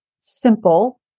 simple